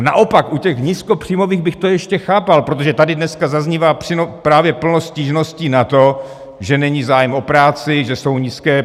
Naopak u těch nízkopříjmových bych to ještě chápal, protože tady dneska zaznívá právě plno stížností na to, že není zájem o práci, že jsou nízké...